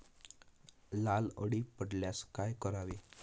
लाल अळी पडल्यास काय करावे?